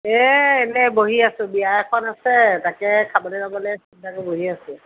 এই এনেই বহি আছোঁ বিয়া এখন আছে তাকে খাবলৈ যাবলৈ চিন্তা কৰি বহি আছোঁ